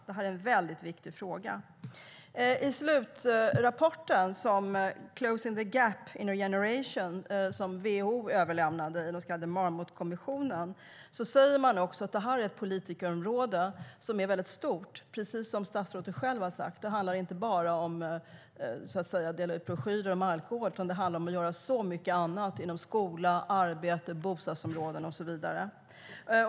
Det här är en väldigt viktig fråga. som WHO överlämnade, eller den så kallade Marmutkommissionen, säger man att detta är ett mycket stort politikområde, precis som statsrådet själv sade. Det handlar inte bara om att dela ut broschyrer om alkohol, utan det handlar om att göra mycket annat inom skola, arbete, bostadsområden och så vidare.